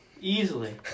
Easily